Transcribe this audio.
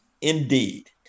Indeed